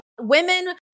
women